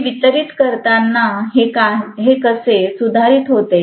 मी वितरित करताना हे कसे सुधारित होते